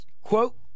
Quote